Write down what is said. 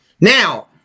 Now